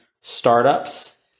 startups